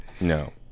No